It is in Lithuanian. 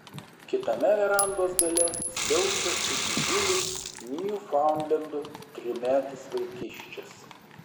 kitame verandos gale siaučia su didžiuliu niufaundlendu trimetis vaikiščias